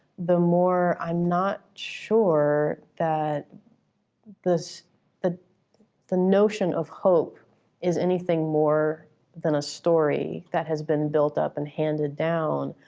the more i'm not sure that the the notion of hope is anything more than a story that has been built up and handed down.